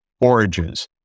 origins